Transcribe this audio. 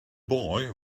boy